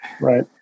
right